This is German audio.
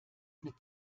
mit